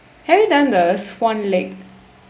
have you done the swan lake